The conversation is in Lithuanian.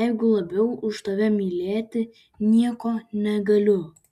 jeigu labiau už tave mylėti nieko negaliu